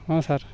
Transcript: ହଁ ସାର୍